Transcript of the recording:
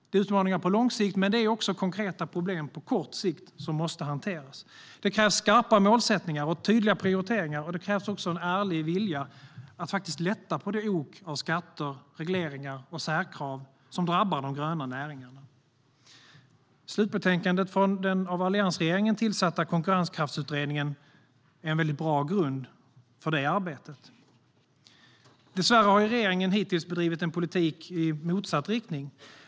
Det är utmaningar på lång sikt men också konkreta problem på kort sikt som måste hanteras. Det krävs skarpa målsättningar, tydliga prioriteringar och en ärlig vilja att lätta på det ok av skatter, regleringar och särkrav som drabbar de gröna näringarna. Slutbetänkandet från den av alliansregeringen tillsatta Konkurrenskraftsutredningen utgör en väldigt bra grund för det arbetet. Dessvärre har regeringen hittills bedrivit en politik i motsatt riktning.